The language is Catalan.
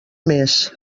mes